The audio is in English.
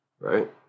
right